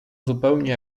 zupełnie